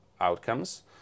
outcomes